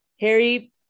Harry